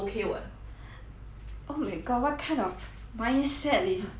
oh my god what kind of mindset is that you are just keeping